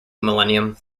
millennium